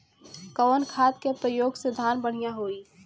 कवन खाद के पयोग से धान बढ़िया होई?